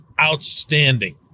outstanding